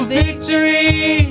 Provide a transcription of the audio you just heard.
victory